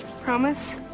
Promise